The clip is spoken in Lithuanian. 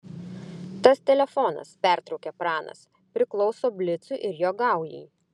tas telefonas pertraukė pranas priklauso blicui ir jo gaujai